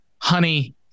honey